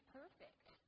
perfect